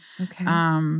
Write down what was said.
Okay